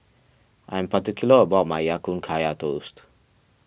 I am particular about my Ya Kun Kaya Toast